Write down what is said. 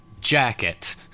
jacket